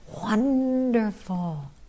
Wonderful